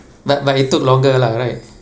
but but it took longer lah right